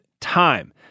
time